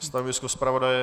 Stanovisko zpravodaje?